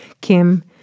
Kim